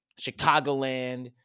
Chicagoland